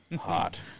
Hot